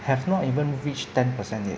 have not even reach ten percent yet